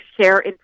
share